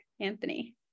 Anthony